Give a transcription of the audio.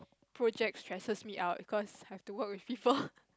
projects stresses me out because have to work with people